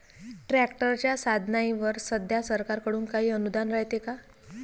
ट्रॅक्टरच्या साधनाईवर सध्या सरकार कडून काही अनुदान रायते का?